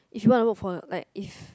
if you wanna work for like if